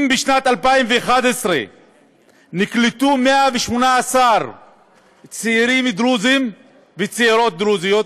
אם בשנת 2011 נקלטו 118 צעירים דרוזים וצעירות דרוזיות,